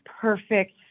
perfect